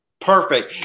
Perfect